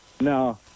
no